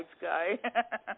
guy